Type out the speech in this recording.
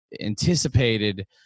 anticipated